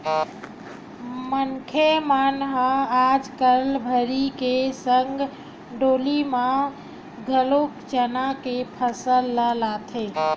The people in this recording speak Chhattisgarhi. मनखे मन ह आजकल भर्री के संग डोली म घलोक चना के फसल ल लेथे